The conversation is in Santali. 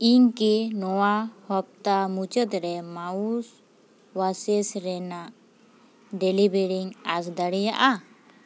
ᱤᱧ ᱠᱤ ᱱᱚᱣᱟ ᱦᱚᱯᱛᱟ ᱢᱩᱪᱟᱹᱫ ᱨᱮ ᱢᱟᱣᱩᱥ ᱳᱣᱟᱥᱮᱥ ᱨᱮᱱᱟᱜ ᱰᱮᱞᱤᱵᱷᱮᱨᱮᱧ ᱟᱸᱥ ᱫᱟᱲᱮᱭᱟᱜᱼᱟ